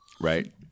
Right